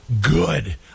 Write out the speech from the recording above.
good